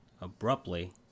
Abruptly